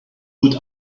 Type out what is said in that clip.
would